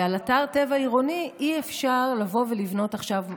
ועל אתר טבע עירוני אי-אפשר לבוא ולבנות עכשיו מסוף.